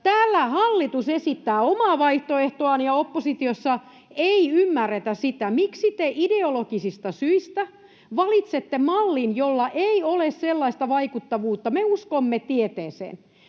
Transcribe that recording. Täällä hallitus esittää omaa vaihtoehtoaan, ja oppositiossa ei ymmärretä sitä, miksi te ideologisista syistä valitsette mallin, jolla ei ole sellaista vaikuttavuutta. Me uskomme tieteeseen.